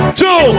two